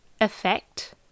effect